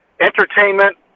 entertainment